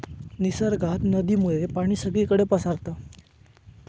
निसर्गात नदीमुळे पाणी सगळीकडे पसारता